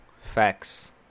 facts